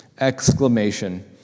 exclamation